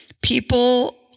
People